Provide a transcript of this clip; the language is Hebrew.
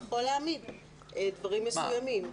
להעמיד דברים מסוימים.